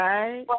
Right